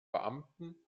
beamten